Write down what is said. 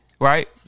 Right